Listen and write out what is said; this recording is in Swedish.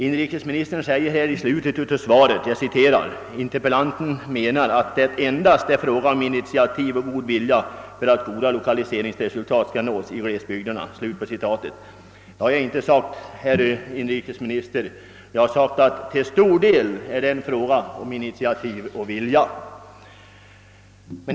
Inrikesministern säger i slutet av svaret: »Interpellanten menar att det endast är fråga om initiativ och god vilja för att goda lokaliseringsresultat skall nås i glesbygderna.» Det har jag inte sagt, herr statsråd. Jag har sagt att till stor del är det fråga om initiativ och vilja.